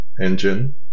engine